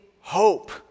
hope